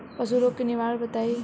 पशु रोग के निवारण बताई?